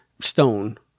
Stone